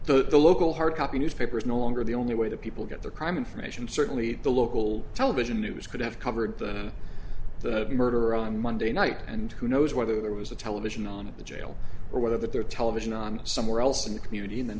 newspaper the local hard copy newspapers no longer the only way the people get the crime information certainly the local television news could have covered the murder on monday night and who knows whether there was a television on at the jail or whether their television on somewhere else in the community and then